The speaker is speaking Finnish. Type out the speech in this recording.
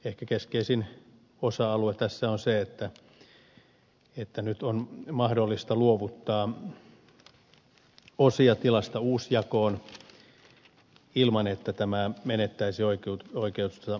ehkä keskeisin osa alue tässä on se että nyt on mahdollista luovuttaa osia tilasta uusjakoon ilman että tämä menettäisi oikeutta luopumistukeen